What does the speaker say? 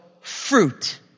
fruit